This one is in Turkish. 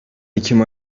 ekim